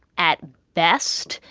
at best,